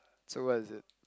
so what is it